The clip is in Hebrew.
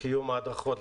קיום ההדרכות,